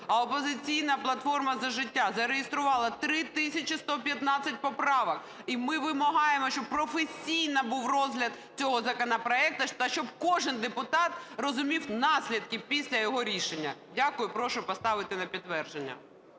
А "Опозиційна платформа – За життя" зареєструвала 3 тисячі 115 поправок, і ми вимагаємо, щоб професійно був розгляд цього законопроекту та щоб кожний депутат розумів наслідки після його рішення. Дякую. Прошу поставити на підтвердження.